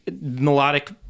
melodic